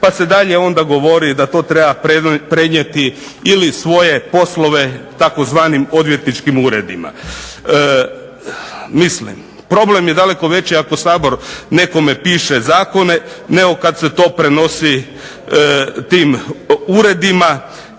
pa se dalje onda govori da treba prenijeti ili svoje poslove tzv. odvjetničkim uredima. Mislim, problem je daleko veći ako Sabor nekome piše zakone nego kada se to prenosi tim uredima